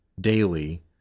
daily